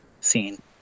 scene